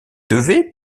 devez